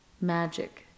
magic